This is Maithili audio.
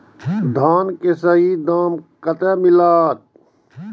धान की सही दाम कते मिलते?